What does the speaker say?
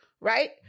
right